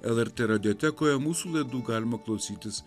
lrt radiotekoje mūsų laidų galima klausytis